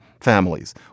families